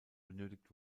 benötigt